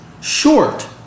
short